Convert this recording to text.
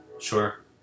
Sure